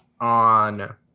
on